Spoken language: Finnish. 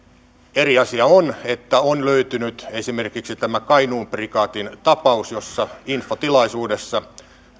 eri asia on että on löytynyt esimerkiksi tämä kainuun prikaatin tapaus jossa infotilaisuudessa